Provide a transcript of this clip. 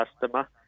customer